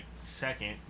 second